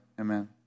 Amen